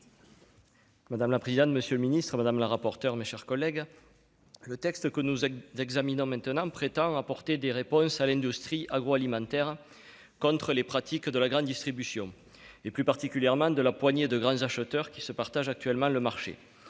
Madame la présidente, monsieur le ministre, mes chers collègues, le texte que nous examinons prétend apporter des réponses à l'industrie agroalimentaire contre les pratiques de la grande distribution, et plus particulièrement de la poignée de grands acheteurs qui se partagent actuellement le marché.